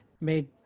made